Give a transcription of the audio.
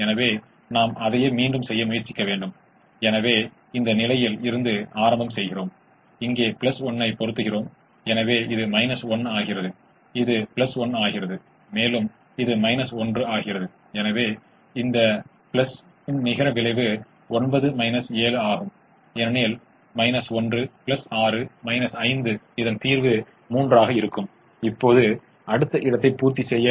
எனவே சாத்தியமான 33 நமக்கு 135 45x3 135 ஐக் கொடுக்கும் இப்போது 22 நாம் கவனிக்கிறோம் முதல் ஒன்றிற்கு 14 மற்றும் இரண்டாவது ஒரு 2 கமா 2 க்கு 90 க்கு சமமான மதிப்புடன் சாத்தியமாகும்